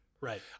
Right